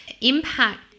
impact